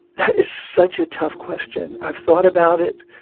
that is such a tough question. i've thought about it.